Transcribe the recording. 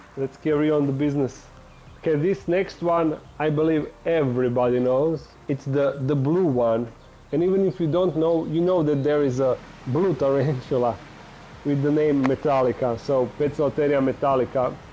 let's carry on the business okay this next one i believe everybody knows it's the the blue one and even if you don't know you know that there is a blue tarantula with the name metallica so pizza terrier metallica